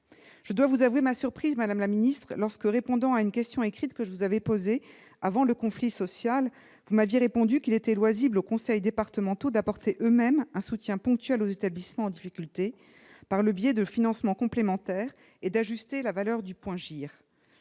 Je dois vous avouer ma surprise, madame la ministre, lorsque vous avez répondu à une question écrite que je vous avais posée avant le conflit social qu'il était loisible aux conseils départementaux d'apporter eux-mêmes un soutien ponctuel aux établissements en difficulté, par le biais de financements complémentaires, et d'ajuster la valeur du point GIR.